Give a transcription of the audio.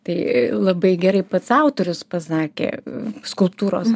tai labai gerai pats autorius pasakė skulptūros